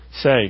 Say